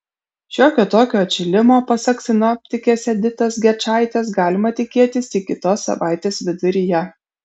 šiokio tokio atšilimo pasak sinoptikės editos gečaitės galima tikėtis tik kitos savaitės viduryje